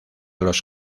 los